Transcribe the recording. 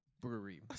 brewery